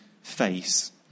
face